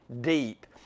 Deep